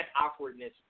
awkwardness